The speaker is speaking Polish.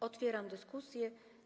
Otwieram dyskusję.